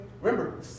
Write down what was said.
Remember